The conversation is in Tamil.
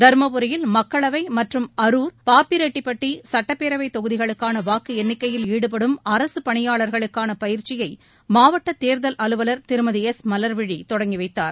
தர்மபுரியில் மக்களவை மற்றும் அரூர் பாப்பிரெட்டிப்பட்டி சுட்டப்பேரவைத் தொகுதிகளுக்கான வாக்கு எண்ணிக்கையில் ஈடுபடும் அரசு பணியாளர்களுக்கான பயிற்சியை மாவட்ட தேர்தல் அலுவலர் திருமதி எஸ் மலர்விழி தொடங்கி வைத்தார்